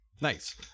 Nice